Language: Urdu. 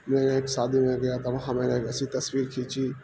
میں ایک شادی میں گیا تھا وہاں میں نے ایک ایسی تصویر کھینچی